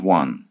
one